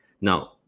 Now